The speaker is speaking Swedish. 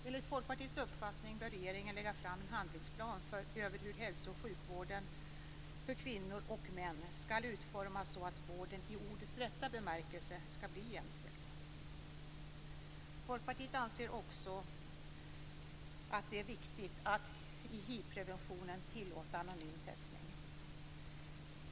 Enligt Folkpartiets uppfattning bör regeringen lägga fram en handlingsplan över hur hälso och sjukvården för kvinnor och män skall utformas så att vården skall bli jämställd i ordets rätta bemärkelse. Folkpartiet anser också att det är viktigt att tillåta anonym testning i hivpreventionen.